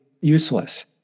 useless